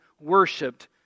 worshipped